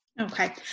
Okay